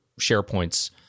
SharePoint's